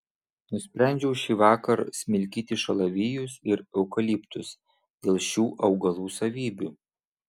nusprendžiau šįvakar smilkyti šalavijus ir eukaliptus dėl šių augalų savybių